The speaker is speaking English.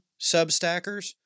Substackers